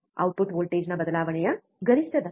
output ವೋಲ್ಟೇಜ್ನ ಬದಲಾವಣೆಯ ಗರಿಷ್ಠ ದರ